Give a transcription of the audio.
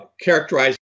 characterized